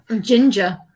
ginger